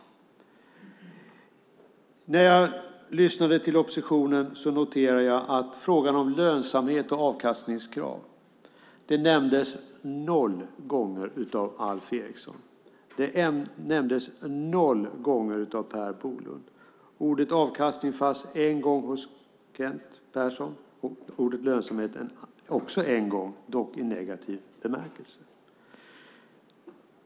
När jag lyssnade till oppositionen noterade jag att frågan om lönsamhet och avkastningskrav nämndes noll gånger av Alf Eriksson. Det nämndes noll gånger av Per Bolund. Ordet avkastning nämndes en gång av Kent Persson. Ordet lönsamhet nämndes också en gång, dock i negativ bemärkelse.